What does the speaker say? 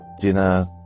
dinner